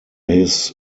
his